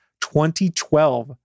2012